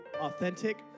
authentic